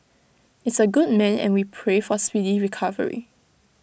is A good man and we pray for speedy recovery